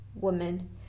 Woman